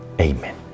Amen